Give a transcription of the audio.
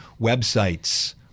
websites